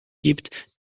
gibt